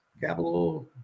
Capital